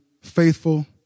faithful